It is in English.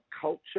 culture